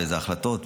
אלה החלטות,